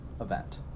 event